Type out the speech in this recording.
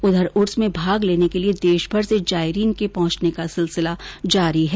उधर उर्स में भाग लेने के लिए देशभर से जायरीन के पहुंचने का सिलसिला जारी है